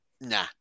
Nah